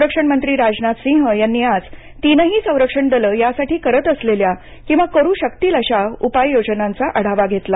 संरक्षण मंत्री राजनाथ सिंह यांनी आज तीनही संरक्षण दलं यासाठी करत असलेल्या किंवा करू शकतील अश्या उपाययोजनांचा आढावा घेतला